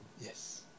Yes